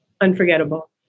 Unforgettable